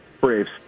Braves